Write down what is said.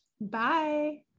Bye